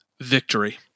victory